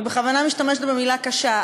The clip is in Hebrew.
אני בכוונה משתמשת במילה קשה,